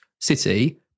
City